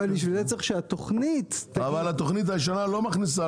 אבל בשביל זה צריך שהתוכנית --- אבל התוכנית הישנה לא מכניסה,